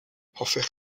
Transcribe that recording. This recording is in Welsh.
hoffech